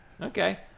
Okay